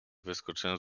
wyskoczyłem